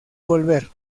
volver